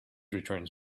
returns